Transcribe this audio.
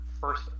first